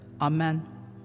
amen